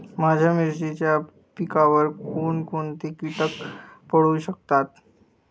माझ्या मिरचीच्या पिकावर कोण कोणते कीटक पडू शकतात?